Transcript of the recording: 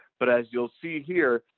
but as you will see here,